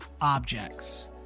objects